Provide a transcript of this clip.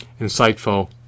insightful